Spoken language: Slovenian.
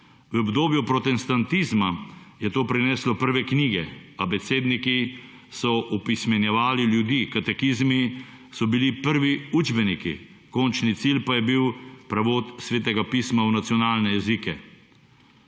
V obdobju protestantizma je to prineslo prve knjige, abecedniki so opismenjevali ljudi, katekizmi so bili prvi učbeniki, končni cilj pa je bil prevod Svetega pisma v nacionalne jezike.